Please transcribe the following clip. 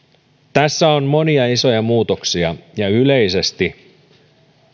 tässä on monia isoja muutoksia ja yleisesti